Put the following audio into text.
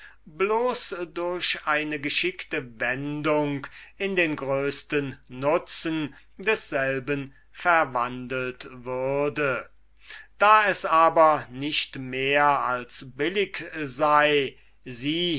durch eine geschickte wendung in den größten nutzen desselben verwandelt würde da es aber nicht mehr als billig sei sie